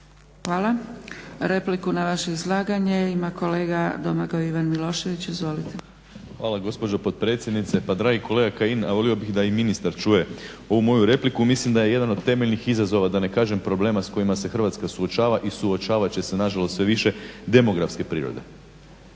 Hvala. Repliku na vaše izlaganje ima kolega Domagoj Ivan Milošević. Izvolite. **Milošević, Domagoj Ivan (HDZ)** Hvala gospođo potpredsjednice. Pa dragi kolega Kajin a volio bih i da ministar čuje ovu moju repliku. Mislim da je jedan od temeljnih izazova da ne kažem problema s kojima se Hrvatska suočava i suočavat će se nažalost sve više demografske prirode.